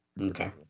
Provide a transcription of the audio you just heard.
Okay